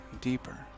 Deeper